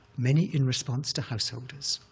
many in response to householders.